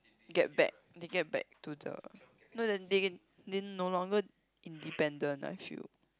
get back they get back to the no they they no longer independent I feel